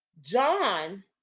John